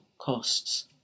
costs